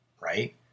Right